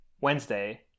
Wednesday